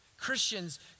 Christians